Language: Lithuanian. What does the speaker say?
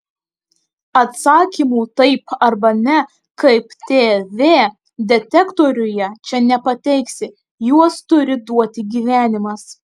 atsakymų taip arba ne kaip tv detektoriuje čia nepateiksi juos turi duoti gyvenimas